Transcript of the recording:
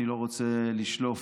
אני לא רוצה לשלוף,